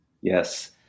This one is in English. Yes